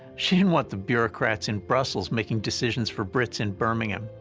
she didn't want the bureaucrats in brussels making decisions for brits in birmingham.